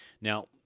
Now